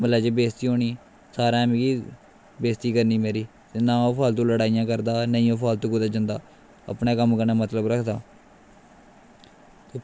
म्हल्ला च बेस्ती होनी सारें मिगी बेस्ती करनी मेरी ते नां ओह् फालतु लड़ाइयां करदा ते नां ओह् फालतु कुदै जंदा अपने कम्म कन्नै मतलब रक्खदा